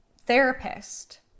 therapist